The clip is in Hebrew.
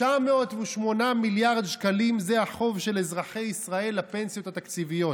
908 מיליארד שקלים זה החוב של אזרחי ישראל לפנסיות התקציביות.